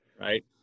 right